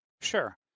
Sure